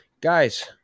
Guys